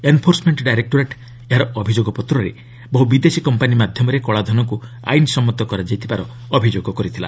enforcement directorate ଏହାର ଅଭିଯୋଗ ପତ୍ରରେ ବହୁ ବିଦେଶୀ କମ୍ପାନୀ ମାଧ୍ୟମରେ କଳାଧନକୁ ଆଇନସମ୍ମତ କରାଯାଇଥିବାର ଅଭିଯୋଗ କରିଥିଲା